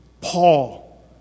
Paul